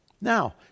Now